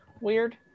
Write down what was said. weird